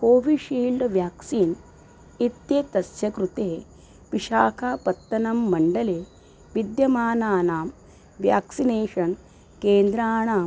Covishield vaccine इत्येतस्य कृते विशाखापत्तनं मण्डले विद्यमानानां व्याक्सिनेषन् केन्द्राणां